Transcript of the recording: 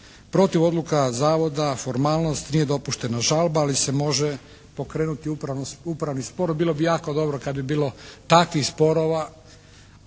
Protiv odluka Zavoda formalnost nije dopuštena žalba, ali se može pokrenuti upravni spor. Bilo bi jako dobro kad bi bilo takvih sporova,